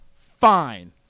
Fine